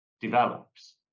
develops